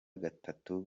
gatatu